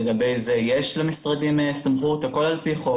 לגבי זה יש למסמכים סמכות והכול על פי חוק.